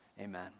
Amen